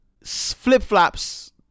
flip-flops